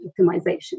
optimization